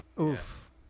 Oof